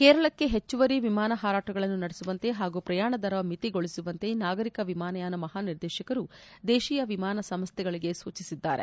ಕೇರಳಕ್ಕೆ ಪೆಚ್ಚುವರಿ ವಿಮಾನ ಹಾರಾಟಗಳನ್ನು ನಡೆಸುವಂತೆ ಹಾಗೂ ಪ್ರಯಾಣ ದರವನ್ನು ಮಿತಿಗೊಳಿಸುವಂತೆ ನಾಗರಿಕ ವಿಮಾನಯಾನ ಮಹಾನಿರ್ದೇಶಕರು ದೇಶೀಯ ವಿಮಾನ ಸಂಸ್ಟೆಗಳಿಗೆ ಸೂಚಿಸಿದ್ದಾರೆ